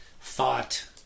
thought